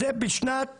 זה בשנת